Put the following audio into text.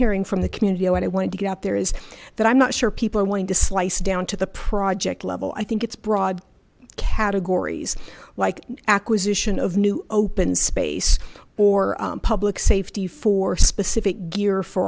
hearing from the community i wanted to get out there is that i'm not sure people are wanting to slice down to the project level i think its broad categories like acquisition of new open space or public safety for specific gear for